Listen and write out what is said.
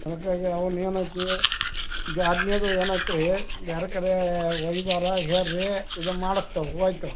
ಅದಕ್ಕೆ ಈಗ ಅವ್ನ ಏನಾತಿ ಇದು ಆದ್ಮ್ಯಾಗು ಏನಾಗ್ತ್ರೀ ಬ್ಯಾರೆ ಕಡೇ ಹೋಗಿದಾರ ಹೇಳ್ರಿ ಇದು ಮಾಡಸ್ತೇವೆ ಒಯ್ತೇವೆ